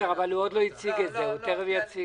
הוא עוד לא הציג את זה, הוא תיכף יציג.